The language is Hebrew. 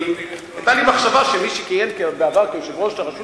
היתה לי מחשבה שמי שכיהן בעבר כיושב-ראש הרשות